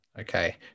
Okay